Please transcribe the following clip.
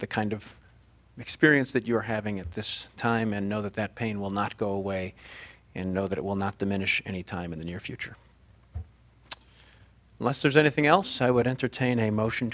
the kind of experience that you are having at this time and know that that pain will not go away and know that it will not diminish any time in the near future unless there's anything else i would entertain a motion